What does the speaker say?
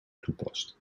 toepast